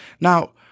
Now